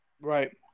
Right